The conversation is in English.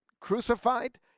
crucified